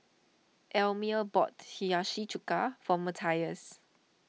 Elmer bought Hiyashi Chuka for Mathias